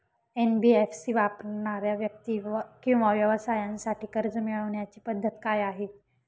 NBFC वापरणाऱ्या व्यक्ती किंवा व्यवसायांसाठी कर्ज मिळविण्याची पद्धत काय आहे?